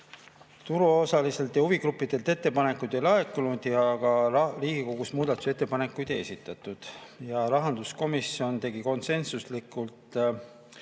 Turuosalistelt ja huvigruppidelt ettepanekuid ei laekunud ja ka Riigikogust muudatusettepanekuid ei esitatud. Rahanduskomisjon tegi konsensuslikult